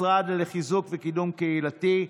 וקידום קהילתי.